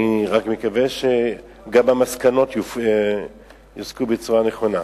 אני רק מקווה שגם המסקנות יוסקו בצורה נכונה.